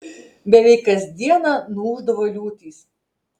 beveik kas dieną nuūždavo liūtys